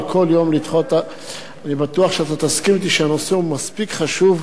אני בטוח שאתה תסכים אתי שהנושא חשוב מכדי לדחות אותו.